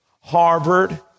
Harvard